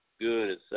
good